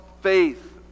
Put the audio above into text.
faith